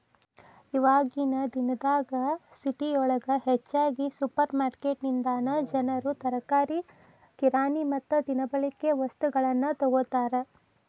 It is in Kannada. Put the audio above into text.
ಇವಾಗಿನ ದಿನದಾಗ ಸಿಟಿಯೊಳಗ ಹೆಚ್ಚಾಗಿ ಸುಪರ್ರ್ಮಾರ್ಕೆಟಿನಿಂದನಾ ಜನರು ತರಕಾರಿ, ಕಿರಾಣಿ ಮತ್ತ ದಿನಬಳಿಕೆ ವಸ್ತುಗಳನ್ನ ತೊಗೋತಾರ